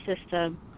system